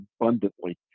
abundantly